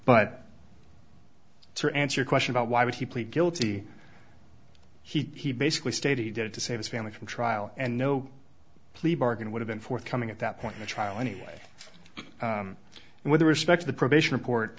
but to answer your question about why would he plead guilty he basically stated he did to save his family from trial and no plea bargain would have been forthcoming at that point in the trial anyway and with the respect of the probation report